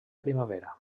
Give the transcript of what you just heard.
primavera